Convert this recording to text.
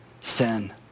sin